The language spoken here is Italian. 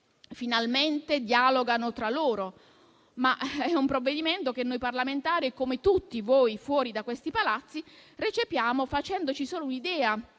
finalmente dialogano tra loro, ma è un provvedimento che noi parlamentari - come tutti voi fuori da questi palazzi - recepiamo facendoci solo un'idea